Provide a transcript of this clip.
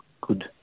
good